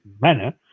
manner